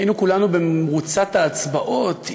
היינו כולנו במרוצת ההצבעות,